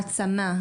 העצמה,